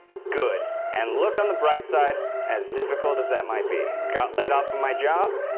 good, and look on the bright side, as difficult as that might be. got laid off on my job,